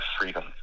freedom